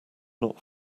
not